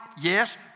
Yes